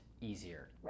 easier